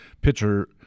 pitcher